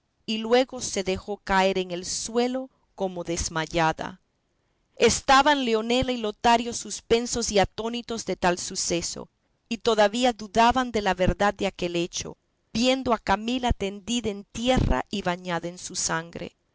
y luego se dejó caer en el suelo como desmayada estaban leonela y lotario suspensos y atónitos de tal suceso y todavía dudaban de la verdad de aquel hecho viendo a camila tendida en tierra y bañada en su sangre